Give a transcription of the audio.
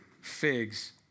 figs